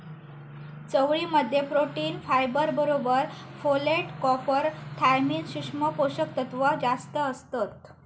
चवळी मध्ये protein, fibre बरोबर फोलेट, कॉपर, थायमिन, सुक्ष्म पोषक तत्त्व जास्तं असतत